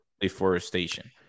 deforestation